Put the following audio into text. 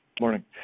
morning